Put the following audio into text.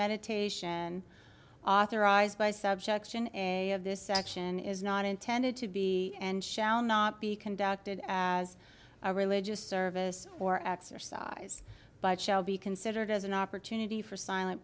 meditation authorized by subjection and a of this section is not intended to be and shall not be conducted as a religious service or exercise but shall be considered as an opportunity for silent